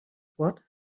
what